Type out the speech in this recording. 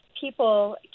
people